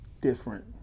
different